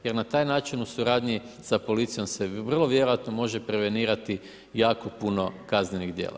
Prema taj način u suradnji sa policijom se vrlo vjerojatno može prevenirati jako puno kaznenih dijela.